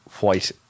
white